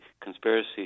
conspiracy